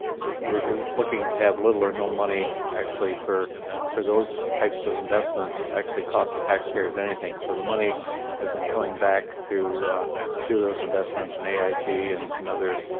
we are looking to have little or no money actually for for those types of investments actually cost the taxpayers anything. so the money has been coming back through through those investments, and aig and and other